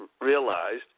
realized